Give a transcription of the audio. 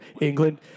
England